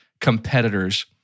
competitors